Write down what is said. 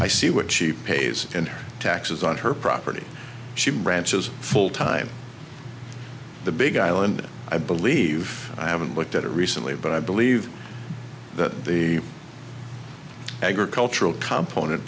i see what she pays in her taxes on her property she branches full time the big island i believe i haven't looked at it recently but i believe that the agricultural compo